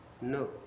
No